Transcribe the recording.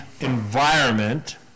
environment